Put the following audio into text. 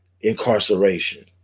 incarceration